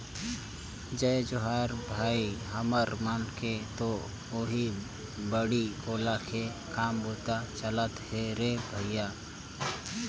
जय जोहार भाई, हमर मन के तो ओहीं बाड़ी कोला के काम बूता चलत हे रे भइया